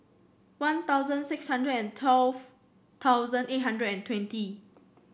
One Thousand six hundred and twelve thousand eight hundred and twenty